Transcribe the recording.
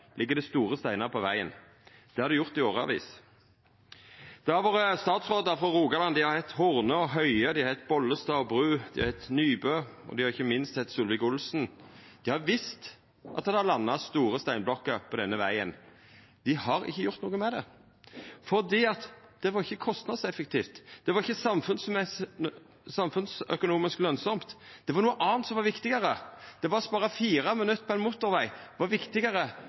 ligg det store steinar på vegen. Det har det gjort i årevis. Det har vore statsrådar frå Rogaland. Dei har heitt Horne og Høie, dei har heitt Bollestad og Bru, dei har heitt Nybø, og dei har ikkje minst heitt Solvik-Olsen. Dei har visst at det har landa store steinblokker på denne vegen. Dei har ikkje gjort noko med det fordi det ikkje var kostnadseffektivt. Det var ikkje samfunnsøkonomisk lønsamt. Det var noko anna som var viktigare. Det å spara 4 minutt på ein motorveg var viktigare